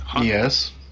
Yes